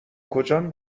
کجان